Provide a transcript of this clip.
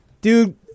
Dude